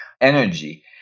energy